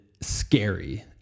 scary